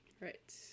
Right